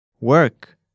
work